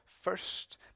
first